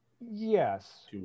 Yes